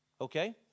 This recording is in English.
Okay